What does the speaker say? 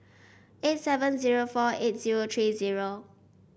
eight seven zero four eight zero three zero